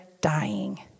dying